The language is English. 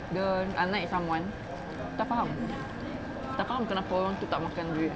!duh! unlike someone tak faham tak faham kenapa orang tu tak makan durian